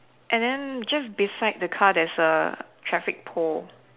and then just beside the car there's a traffic pole